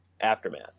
Aftermath